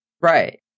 Right